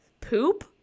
poop